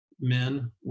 men